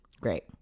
Great